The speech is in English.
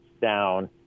down